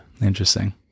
interesting